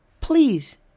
Please